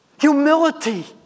Humility